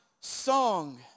song